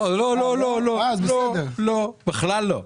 לא, לא, לא, בכלל לא.